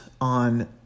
on